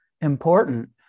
important